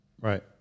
Right